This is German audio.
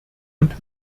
und